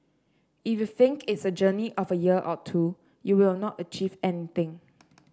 if you think it's a journey of a year or two you will not achieve anything